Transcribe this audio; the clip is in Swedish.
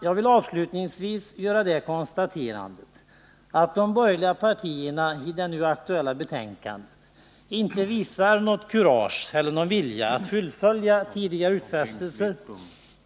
Jag vill avslutningsvis göra det konstaterandet att de borgerliga partierna i det nu aktuella betänkandet inte visar något kurage eller någon vilja att fullfölja tidigare utfästelser.